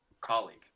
colleague